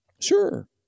Sure